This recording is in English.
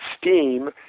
steam